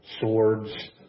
swords